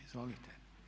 Izvolite.